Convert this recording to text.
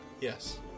Yes